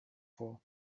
for